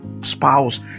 spouse